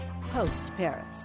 post-Paris